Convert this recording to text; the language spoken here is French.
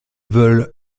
veulent